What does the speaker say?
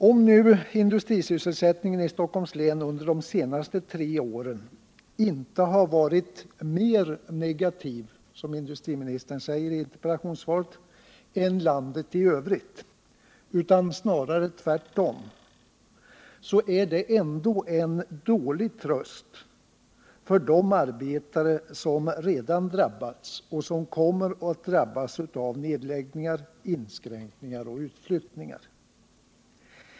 Om industrisysselsättningen i Stockholms län under de senaste tre åren inte har varit ”mer negativ”, som industriministern säger i interpellationssvaret, än i landet i övrigt utan snarare tvärtom är det ändå en dålig tröst för de arbetare som redan drabbats och som kommer att drabbas av nedläggningar, inskränkningar och utflyttningar.